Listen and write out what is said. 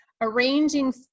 arranging